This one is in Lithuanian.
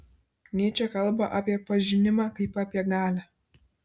nyčė kalba apie pažinimą kaip apie galią